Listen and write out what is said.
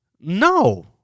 No